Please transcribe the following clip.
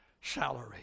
Salary